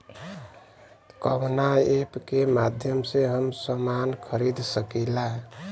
कवना ऐपके माध्यम से हम समान खरीद सकीला?